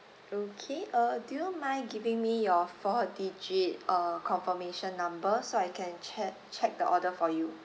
okay uh do you mind giving me your four digit uh confirmation number so I can check check the order for you